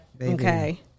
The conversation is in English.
Okay